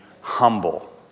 humble